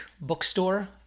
bookstore